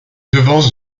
devance